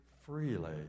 freely